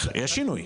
יש שינוי.